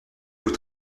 vous